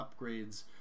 upgrades